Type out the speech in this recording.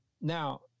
Now